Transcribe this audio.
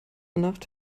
nacht